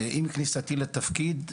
עם כניסתי לתפקיד,